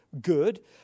good